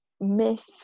myth